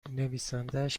نویسندهاش